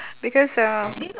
because um